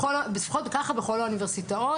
לפחות ככה בכל האוניברסיטאות.